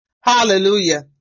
Hallelujah